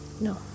No